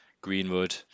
Greenwood